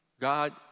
God